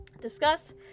discuss